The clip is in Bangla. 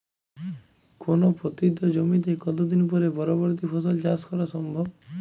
কোনো পতিত জমিতে কত দিন পরে পরবর্তী ফসল চাষ করা সম্ভব?